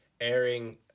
airing